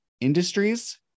industries